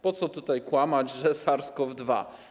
Po co tutaj kłamać, że SARS-CoV-2?